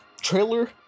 trailer